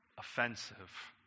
offensive